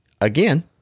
again